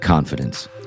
confidence